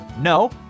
No